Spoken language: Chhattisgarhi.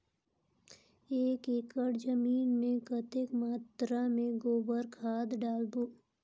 एक एकड़ जमीन मे कतेक मात्रा मे गोबर खाद डालबो?